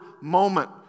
moment